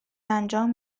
انجام